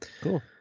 Cool